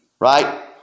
right